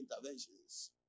interventions